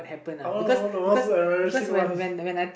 oh all so embarrassing ones